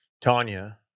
Tanya